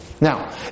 Now